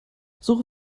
suche